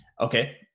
Okay